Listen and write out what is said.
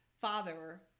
father